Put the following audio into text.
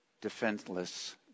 defenseless